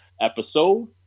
episode